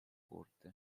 corte